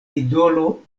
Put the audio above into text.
idolo